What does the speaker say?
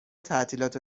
تعطیلات